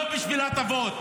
לא בשביל הטבות.